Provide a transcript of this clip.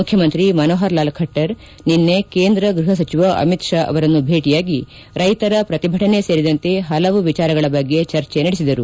ಮುಖ್ಯಮಂತ್ರಿ ಮನೋಹರಲಾಲ್ ಖಟ್ಟರ್ ನಿನ್ನೆ ಕೇಂದ್ರ ಗೃಹ ಸಚಿವ ಅಮಿತ್ ಶಾ ಅವರನ್ನು ಭೇಟಿಯಾಗಿ ರ್ಲೆತರ ಪ್ರತಿಭಟನೆ ಸೇರಿದಂತೆ ಹಲವು ವಿಚಾರಗಳ ಬಗ್ಗೆ ಚರ್ಚೆ ನಡೆಸಿದರು